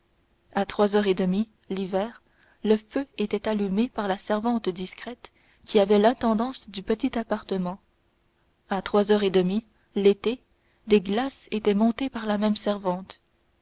à trois heures et demie l'hiver le feu était allumé par la servante discrète qui avait l'intendance du petit appartement à trois heures et demie l'été des glaces étaient montées par la même servante